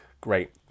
Great